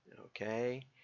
Okay